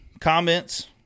comments